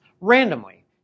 randomly